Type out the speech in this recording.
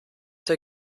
der